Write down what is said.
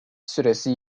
süresi